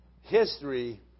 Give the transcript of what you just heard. history